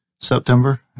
September